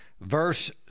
verse